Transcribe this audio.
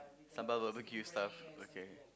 sambal barbeque stuff okay